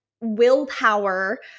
willpower –